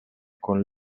con